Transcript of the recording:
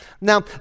Now